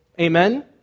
Amen